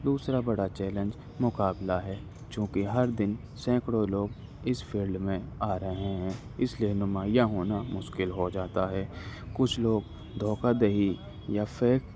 دوسرا بڑا چیلنج مقابلہ ہے چونکہ ہر دن سینکڑوں لوگ اس فیلڈ میں آ رہے ہیں اس لیے نمایاں ہونا مشکل ہو جاتا ہے کچھ لوگ دھوکہ دہی یا فیک